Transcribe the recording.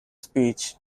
speech